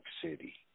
City